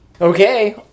Okay